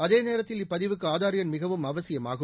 அதேநேரத்தில் இப்பதிவுக்கு ஆதார் எண் மிகவும் அவசியம் ஆகும்